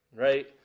right